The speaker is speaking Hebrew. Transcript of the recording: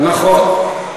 נכון,